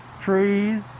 trees